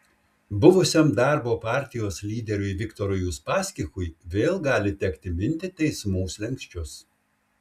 buvusiam darbo partijos lyderiui viktorui uspaskichui vėl gali tekti minti teismų slenksčius